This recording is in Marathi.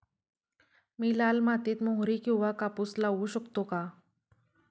मी लाल मातीत मोहरी किंवा कापूस लावू शकतो का?